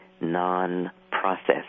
non-processed